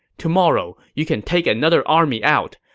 tomorrow, you can take another army out,